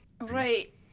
Right